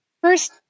First